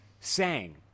sang